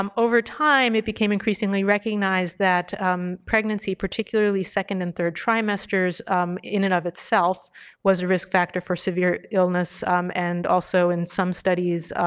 um over time it became increasingly recognized that pregnancy, particularly second and third trimesters in and of itself was a risk factor for severe illness um and also in some studies